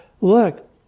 look